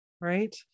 right